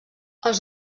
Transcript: els